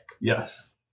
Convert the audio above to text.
Yes